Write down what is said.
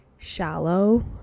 shallow